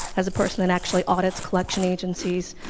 as a person that actually audits collection agencies,